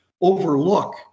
overlook